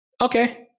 Okay